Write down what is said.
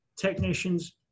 technicians